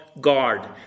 guard